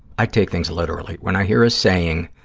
i take things literally. when i hear a saying,